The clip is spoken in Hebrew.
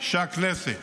שהכנסת